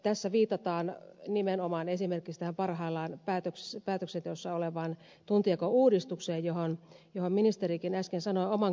tässä viitataan nimenomaan esimerkiksi tähän parhaillaan päätöksenteossa olevaan tuntijakouudistukseen johon ministerikin äsken sanoi oman kantansa